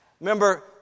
...remember